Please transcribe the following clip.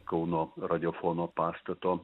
kauno radiofono pastato